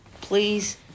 please